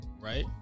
right